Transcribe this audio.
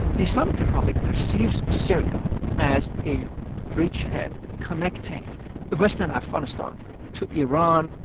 the islamic republic perceives syria as a bridgehead connecting western afghanistan to iran,